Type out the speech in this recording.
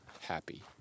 happy